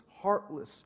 heartless